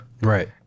Right